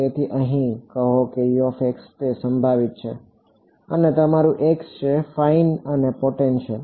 તેથી અહીં કહો કે સંભવિત છે આ તમારું x છે ફાઈન અને પોટેન્શ્યલ